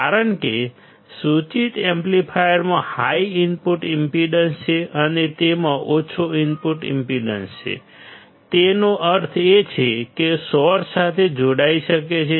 કારણ કે સૂચિત એમ્પ્લીફાયરમાં હાઈ ઇનપુટ ઈમ્પેડન્સ છે અને તેમાં ઓછો આઉટપુટ ઈમ્પેડન્સ છે તેનો અર્થ એ છે કે તે સોર્સ સાથે જોડાઈ શકે છે